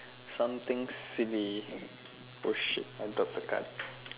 something silly oh shit I dropped the card